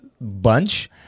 bunch